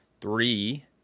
three